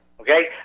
okay